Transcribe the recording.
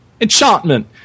Enchantment